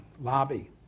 lobby